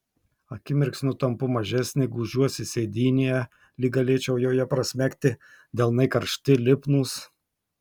akimirksniu tampu mažesnė gūžiuosi sėdynėje lyg galėčiau joje prasmegti delnai karšti lipnūs